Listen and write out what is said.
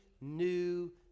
new